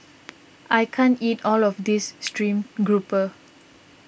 I can't eat all of this Stream Grouper